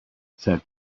said